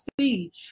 see